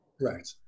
Right